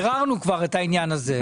כבר ביררנו את העניין הזה.